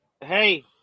Hey